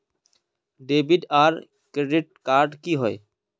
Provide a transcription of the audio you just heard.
Debit आर credit card की होय?